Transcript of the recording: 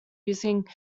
using